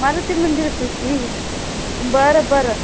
मारुती मंदिरपाशी बरं बरं